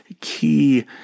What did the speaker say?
key